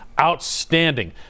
outstanding